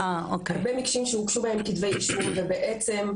הרבה מקרים שהוגשו בהם כתבי אישום והמקרים